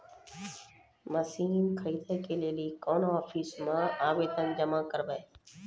Machine खरीदै के लेली कोन आफिसों मे आवेदन जमा करवै?